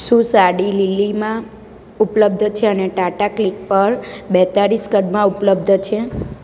શું સાડી લીલીમાં ઉપલબ્ધ છે અને ટાટા ક્લિક પર બેતાળીસ કદમાં ઉપલબ્ધ છે